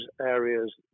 areas